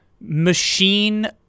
machine